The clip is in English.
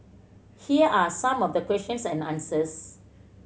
here are some of the questions and answers